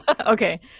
Okay